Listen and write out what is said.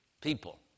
people